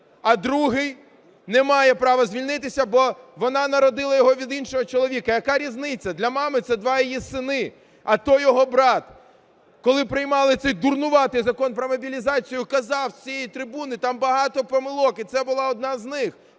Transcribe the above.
а другий не має права звільнитися, бо вона народила його від іншого чоловіка. Яка різниця? Для мами це два її сини, а то його брат. Коли приймали цей дурнуватий Закон про мобілізацію, я казав з цієї трибуни, там багато помилок, і це була одна з них.